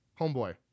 homeboy